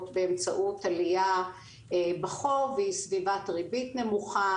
באמצעות עלייה בחוב ועם סביבת ריבית נמוכה,